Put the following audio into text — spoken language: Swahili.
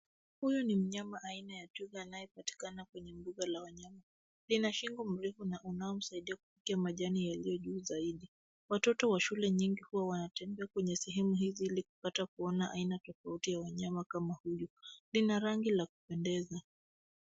Huyu ni mnyama aina ya twiga anayepatikana kwenye mbuga la wanyama. Lina shingo mrefu na unaomsaidia kufikia majani yaliyo juu zaidi. Watoto wa shule nyingi huwa wanatembea kwenye sehemu hizi ili kupata kuona aina tofauti ya wanyama kama huyu. Lina rangi la kupendeza.